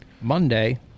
Monday